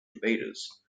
invaders